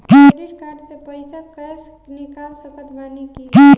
Credit card से पईसा cash निकाल सकत बानी की ना?